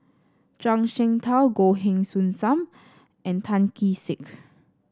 Zhuang Shengtao Goh Heng Soon Sam and Tan Kee Sek